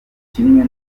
kimwe